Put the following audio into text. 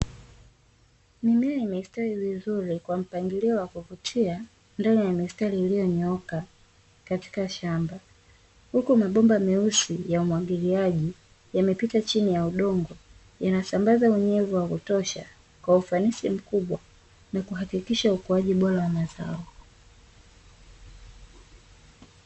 Mimea imestawi vizuri kwa mpangilio wa kuvutia ndani ya mistari iliyonyooka katika shamba, huku mabomba meusi ya umwagiliaji yamepita chini ya udongo, yanasambaza unyevu wa kutosha kwa ufanisi mkubwa na kuhakikisha ukuaji bora wa mazao.